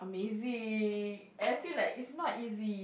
amazing I feel like it's not easy